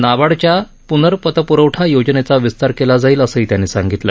नाबार्डच्या प्नर्पतप्रवठा योजनेचा विस्तार केला जाईल असंही त्यांनी सांगितलं